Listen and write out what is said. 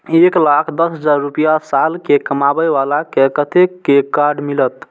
एक लाख दस हजार रुपया साल में कमाबै बाला के कतेक के कार्ड मिलत?